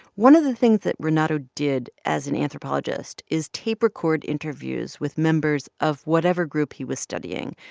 one of the things that renato did as an anthropologist is tape record interviews with members of whatever group he was studying.